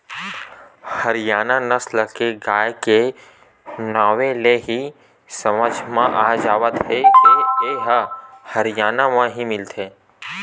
हरियाना नसल के गाय के नांवे ले ही समझ म आ जावत हे के ए ह हरयाना म ही मिलथे